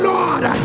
Lord